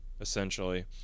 essentially